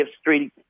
Street